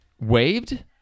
waved